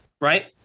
right